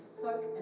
soak